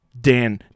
Dan